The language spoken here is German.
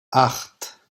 acht